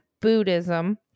Buddhism